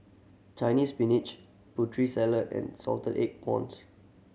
Chinese Spinach Putri Salad and salted egg prawns